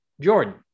Jordan